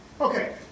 Okay